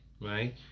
Right